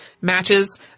matches